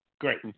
Great